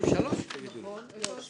7